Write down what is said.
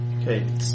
okay